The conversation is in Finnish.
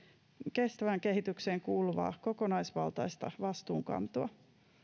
kestävään kehitykseen kuuluvaa kokonaisvaltaista vastuunkantoa